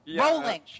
Rolling